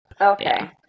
Okay